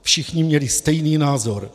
Všichni měli stejný názor.